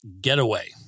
getaway